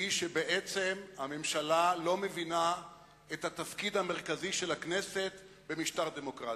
היא שהממשלה לא מבינה את התפקיד המרכזי של הכנסת במשטר דמוקרטי.